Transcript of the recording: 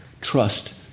trust